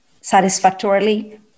satisfactorily